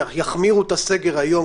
יחמירו את הסגר היום,